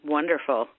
Wonderful